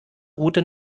route